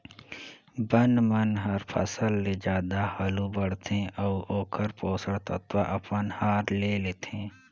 बन मन हर फसल ले जादा हालू बाड़थे अउ ओखर पोषण तत्व अपन हर ले लेथे